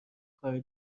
کار